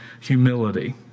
humility